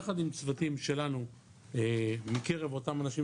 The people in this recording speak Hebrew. יחד עם צוותים שלנו מקרב אותם אנשים